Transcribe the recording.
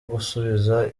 gusubiza